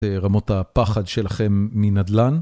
רמות הפחד שלכם מנדל"ן.